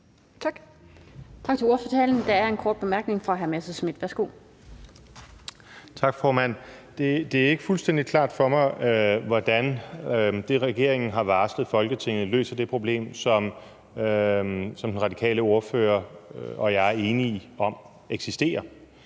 Messerschmidt. Værsgo. Kl. 13:19 Morten Messerschmidt (DF): Tak, formand. Det er ikke fuldstændig klart for mig, hvordan det, regeringen har varslet Folketinget, løser det problem, som den radikale ordfører og jeg er enige om eksisterer.